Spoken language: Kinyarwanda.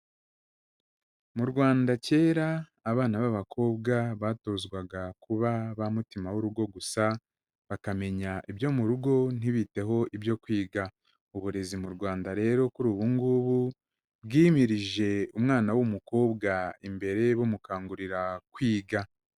Mu Rwanda, kera abana b'abakobwa batozwaga kuba ba mutima w'urugo gusa, bakamenya ibyo mu rugo, ntibiteho ibyo kwiga. Uburezi mu Rwanda rero kuri ubu ngubu bwimirije umwana w'umukobwa imbere, bamukangurira kwiga.